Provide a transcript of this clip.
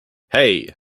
hey